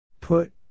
Put